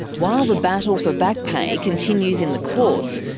while the battle for back-pay continues in the courts,